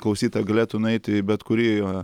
klausytoja galėtų nueiti į bet kurį